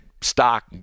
stock